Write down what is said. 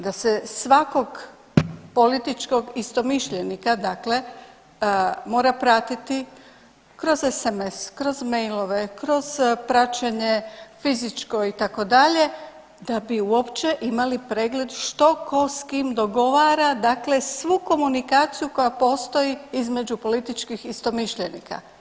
Da se svakog političkog istomišljenika dakle mora pratiti kroz sms, kroz mailove, kroz praćenje fizičko itd. da bi uopće imali pregled što, tko s kim dogovara, dakle svu komunikaciju koja postoji između političkih istomišljenika.